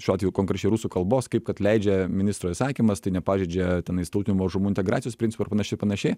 šiuo atveju konkrečiai rusų kalbos kaip kad leidžia ministro įsakymas tai nepažeidžia tenais tautinių mažumų integracijos principą ar panašiai panašiai